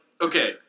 okay